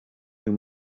you